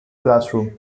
classroom